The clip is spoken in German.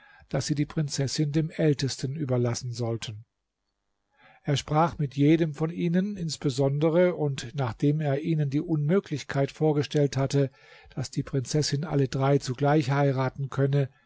daß sie die prinzessin dem ältesten überlassen sollten er sprach mit jedem von ihnen insbesondere und nachdem er ihnen die unmöglichkeit vorgestellt hatte daß die prinzessin alle drei zugleich heiraten könne